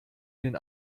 den